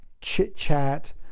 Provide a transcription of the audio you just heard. chit-chat